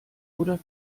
oder